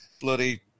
bloody